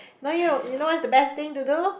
no you you know what's the best thing to do